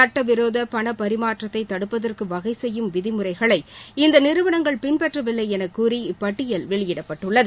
சுட்டவிரோத பணபரிமாற்றத்தை தடுப்பதற்கு வகைசெய்யும் விதிமுறைகளை இந்த நிறுவனங்கள் பின்பற்றவில்லை எனக்கூறி இப்பட்டியல் வெளியிடப்பட்டுள்ளது